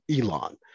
Elon